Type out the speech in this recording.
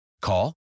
Call